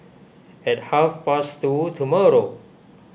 at half past two tomorrow